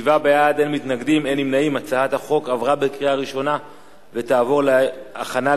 ההצעה להעביר את הצעת חוק הודעה לעובד (תנאי עבודה)